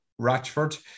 Ratchford